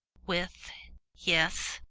with yes,